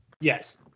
Yes